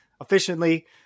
efficiently